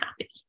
happy